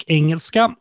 engelska